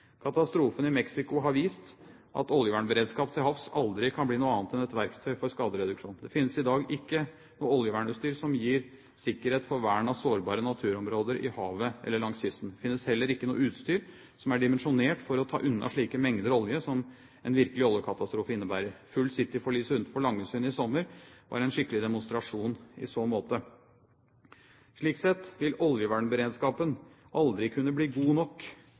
Katastrofen i Mexicogolfen har vist at oljevernberedskap til havs aldri kan bli noe annet enn et verktøy for skadereduksjon. Det finnes i dag ikke noe oljevernutstyr som gir sikkerhet for vern av sårbare naturområder i havet eller langs kysten. Det finnes heller ikke noe utstyr som er dimensjonert for å ta unna slike mengder olje som en virkelig oljekatastrofe innebærer. «Full City»-forliset utenfor Langesund i fjor sommer var en skikkelig demonstrasjon i så måte. Slik sett vil oljevernberedskapen aldri kunne bli god nok